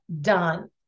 done